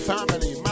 Family